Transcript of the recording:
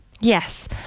Yes